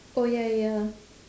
oh ya ya